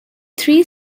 three